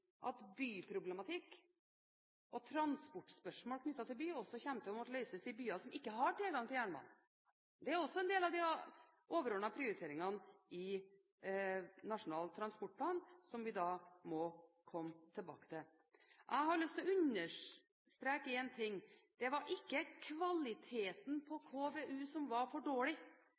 at byproblematikk og transportspørsmål knyttet til by også kommer til å måtte løses i byer som ikke har tilgang til jernbane. Det er også en del av de overordnede prioriteringene i Nasjonal transportplan, som vi må komme tilbake til. Jeg har lyst til å understreke én ting. Det var ikke kvaliteten på KVU som var for dårlig,